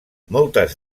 moltes